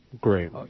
Great